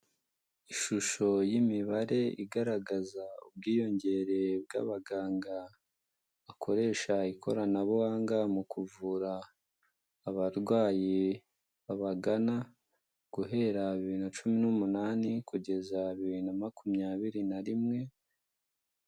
Ishusho y'imibare igaragaza ubwiyongere bw'abaganga bakoresha ikoranabuhanga mu kuvura abarwayi babagana, guhera bibiri na cumi n'umunani kugeza bibiri na makumyabiri na rimwe.